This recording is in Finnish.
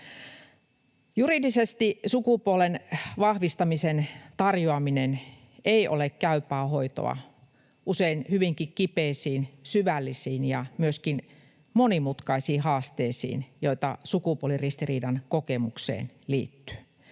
Juridisesti sukupuolen vahvistamisen tarjoaminen ei ole käypää hoitoa usein hyvinkin kipeisiin, syvällisiin ja myöskin monimutkaisiin haasteisiin, joita sukupuoliristiriidan kokemukseen liittyy.